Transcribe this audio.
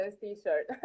t-shirt